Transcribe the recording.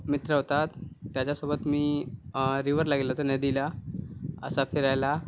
मित्र होता त्याच्यासोबत मी रिव्हरला गेलो होतो नदीला असा फिरायला